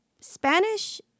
Spanish